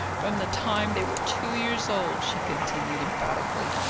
from the time they were two years old! she continued, emphatically.